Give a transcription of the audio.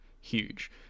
huge